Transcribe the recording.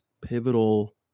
pivotal